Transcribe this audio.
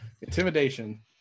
Intimidation